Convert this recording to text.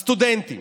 הסטודנטים,